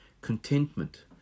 contentment